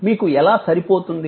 మీకు ఎలా సరిపోతుంది